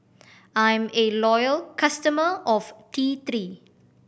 I'm a loyal customer of T Three